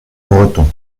breton